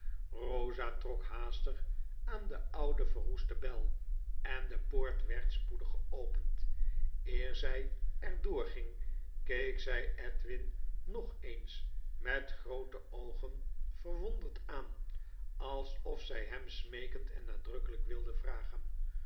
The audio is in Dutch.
eosa trok haastig aan de oude verroeste bel en de poort werd spoedig geopend eer zjj er doorging keek zjj edwin nog eens met groote oogen verwonderd aan alsof zjj hem smeekend en nadrukkeljjk wilde vragen